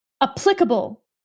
applicable